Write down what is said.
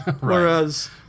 Whereas